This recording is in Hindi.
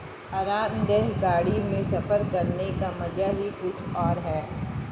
आरामदेह गाड़ी में सफर करने का मजा ही कुछ और है